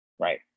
Right